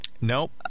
Nope